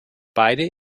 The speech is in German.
beide